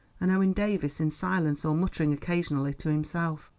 and owen davies in silence or muttering occasionally to himself.